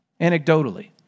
anecdotally